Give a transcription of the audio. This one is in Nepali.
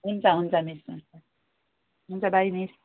हुन्छ हुन्छ मिस हुन्छ हुन्छ बाई मिस